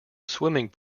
swimming